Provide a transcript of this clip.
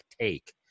take